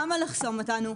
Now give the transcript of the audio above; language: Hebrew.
למה לחסום אותנו?